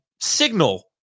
signal